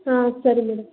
ಹಾಂ ಸರಿ ಮೇಡಮ್